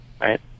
right